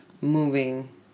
moving